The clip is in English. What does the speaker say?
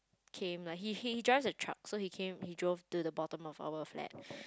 came lah he he just a truck so he came he drove to the bottom of our flat